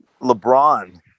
LeBron